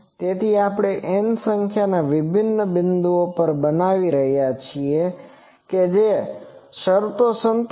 તેથી આપણે n સંખ્યાના વિભિન્ન બિંદુઓ પર બનાવી રહ્યા છીએ કે જે શરતો સંતોષશે